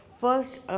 First